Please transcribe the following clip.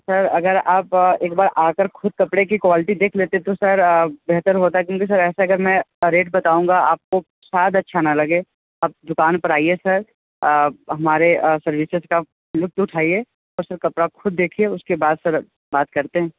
sir अगर आप एक बार आकर खुद कपड़े की क्वालिटी देख लेते तो सर बेहतर होता है क्योंकि सर ऐसा अगर मैं रेट बताऊँगा आपको शायद अच्छा ना लगे अब दुकान पर आइए सर हमारे सर्विसेज़ का लुत्फ़ उठाइये और कपड़ा आप खुद देखिये उसके बाद सर बात करते हैं